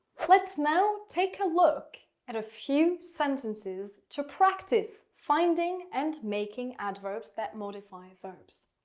let's now take a look at a few sentences to practice finding and making adverbs that modify verbs.